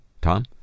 Tom